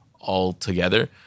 altogether